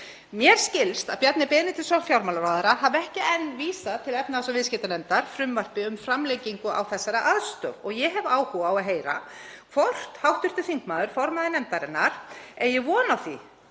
Mér skilst að Bjarni Benediktsson, fjármálaráðherra, hafi ekki enn vísað til efnahags- og viðskiptanefndar frumvarpi um framlengingu á þessari aðstoð og ég hef áhuga á að heyra hvort hv. þingmaður, formaður nefndarinnar, eigi von á því